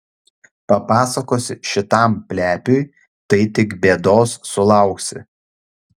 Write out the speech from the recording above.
papasakosi šitam plepiui tai tik bėdos sulauksi